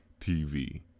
TV